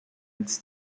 its